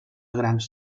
grans